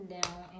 down